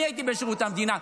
אני הייתי בשירות המדינה.